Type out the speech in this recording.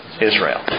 Israel